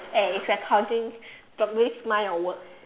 eh it's recording so please mind your words